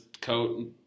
coat